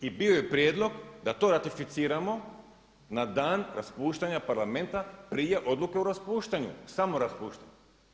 I bio je prijedlog da to ratificiramo na dan raspuštanja Parlamenta prije odluke o raspuštanju, samoraspuštanju.